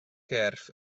cyrff